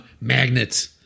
Magnets